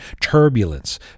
turbulence